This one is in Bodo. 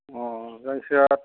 अ जायखिजाया